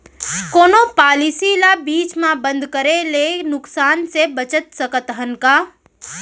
कोनो पॉलिसी ला बीच मा बंद करे ले नुकसान से बचत सकत हन का?